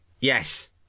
Yes